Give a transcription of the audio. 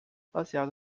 baseado